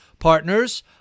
partners